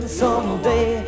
someday